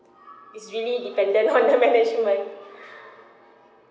is really dependent on the management